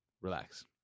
relax